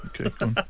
Okay